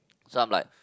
so I'm like